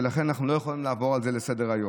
ולכן אנחנו לא יכולים לעבור על זה לסדר-היום.